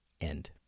end